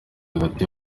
hagati